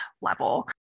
level